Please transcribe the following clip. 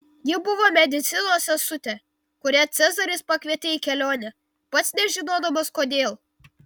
ji buvo medicinos sesutė kurią cezaris pakvietė į kelionę pats nežinodamas kodėl